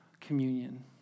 communion